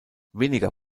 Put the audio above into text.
weniger